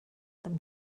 them